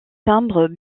timbres